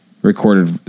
recorded